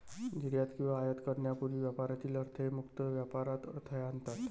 निर्यात किंवा आयात करण्यापूर्वी व्यापारातील अडथळे मुक्त व्यापारात अडथळा आणतात